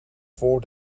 voor